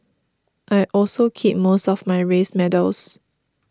I also keep most of my race medals